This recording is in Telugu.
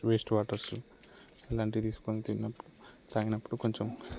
వేస్ట్ వాటర్స్ అలాంటివి తీసుకొని తిన్నప్పుడు త్రాగినప్పుడు కొంచం